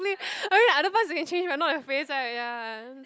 I mean other parts you can change but not your face right ya